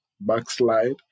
backslide